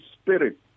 spirit